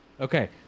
okay